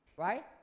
right?